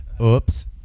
Oops